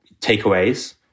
takeaways